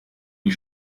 die